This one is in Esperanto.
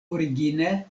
origine